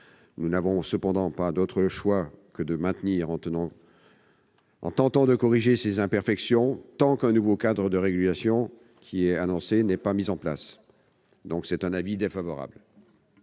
Nous n'avons cependant pas d'autre choix que de le maintenir, en tentant de corriger ses imperfections, tant que le nouveau cadre de régulation annoncé n'aura pas été mis en place. L'avis est défavorable.